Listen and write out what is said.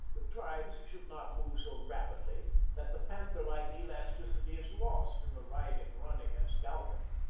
the tribes should not move so rapidly that the panther-like elasticity is lost in the riding, running, and scalping.